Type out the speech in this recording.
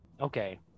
Okay